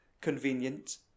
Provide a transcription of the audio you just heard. Convenient